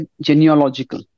genealogical